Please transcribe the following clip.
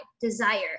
desire